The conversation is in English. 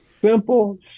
Simple